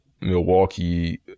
Milwaukee